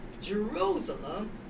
Jerusalem